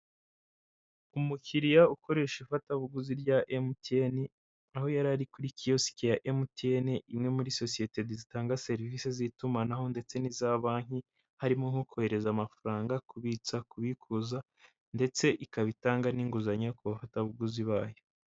Umukiriya ukoresha ifatabuguzi rya MTN, aho yari ari kuriosiki ya MTN imwe muri sosiyete zitanga serivisi z'itumanaho, ndetse n'iza banki harimo nko kohereza amafaranga, kubitsa, kubikuza, ndetse ikaba itanga n'inguzanyo kufatabuguzi bayo.